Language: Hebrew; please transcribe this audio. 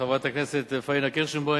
חברת הכנסת פניה קירשנבאום,